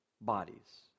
bodies